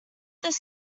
this